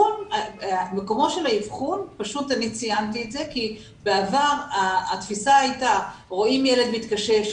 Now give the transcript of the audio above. מקומו של האבחון ציינתי את זה כי בעבר התפיסה הייתה שרואים ילד מתקשה,